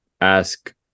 ask